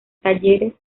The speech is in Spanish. talleres